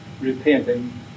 repenting